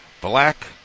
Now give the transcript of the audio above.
black